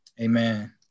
Amen